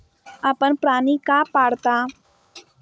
आपण प्राणी का पाळता?